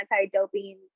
anti-doping